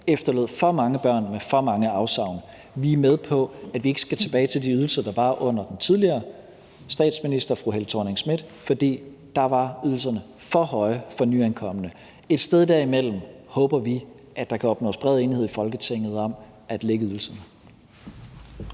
efterlod for mange børn med for mange afsavn. Vi er med på, at vi ikke skal tilbage til de ydelser, der var under tidligere statsminister fru Helle Thorning-Schmidt, for der var ydelserne for høje for nyankomne. Et sted derimellem håber vi at der kan opnås bred enighed i Folketinget om at lægge ydelserne.